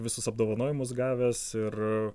visus apdovanojimus gavęs ir